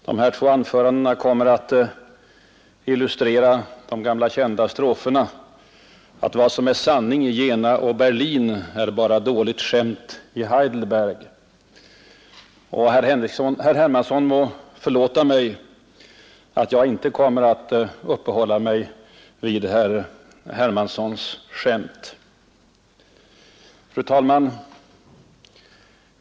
De två anförandena illustrerar de gamla kända versraderna: Är bara dåligt skämt i Heidelberg.” Herr Hermansson må förlåta mig att jag inte kommer att uppehålla mig vid herr Hermanssons skämt. Fru talman!